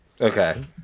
Okay